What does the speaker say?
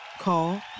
Call